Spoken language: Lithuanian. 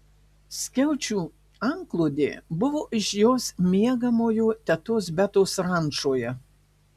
skiaučių antklodė buvo iš jos miegamojo tetos betos rančoje